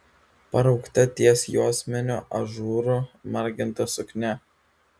paraukta ties juosmeniu ažūru marginta suknia